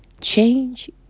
Change